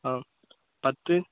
ஆ பத்து